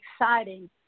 exciting